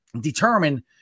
determine